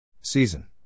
Season